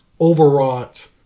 overwrought